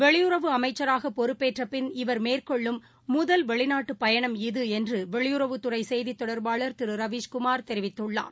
வெளியுறவு அமைச்சராகபொறுப்பேற்றப்பின் அவர் மேற்கொள்ளும் முதல் வெளிநாட்டுப் பயணம் இது என்றுவெளியுறவுத்துறைசெய்திதொடர்பாளர் திருரவீஸ்குமார் தெரிவித்துள்ளார்